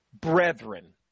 brethren